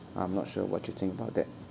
I'm not sure what you think about that